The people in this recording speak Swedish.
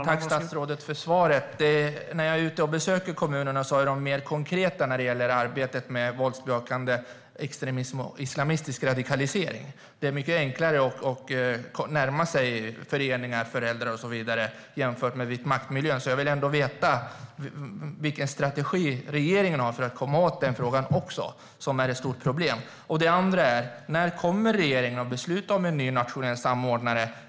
Herr talman! Tack för svaret, statsrådet. När jag är ute och besöker kommunerna är de mer konkreta när det gäller arbetet mot våldsbejakande extremism och islamistisk radikalisering. Det är mycket enklare att närma sig föreningar, föräldrar och så vidare jämfört med vitmaktmiljön. Jag vill ändå veta vilken strategi regeringen har för att komma åt också den frågan, som är ett stort problem. Det andra är: När kommer regeringen att besluta om ny nationell samordnare?